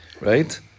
right